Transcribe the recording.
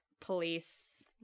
police